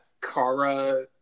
Kara